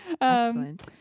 Excellent